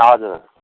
हजुर हजुर